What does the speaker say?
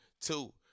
two